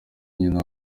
nyina